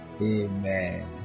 amen